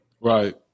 right